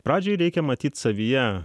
pradžiai reikia matyt savyje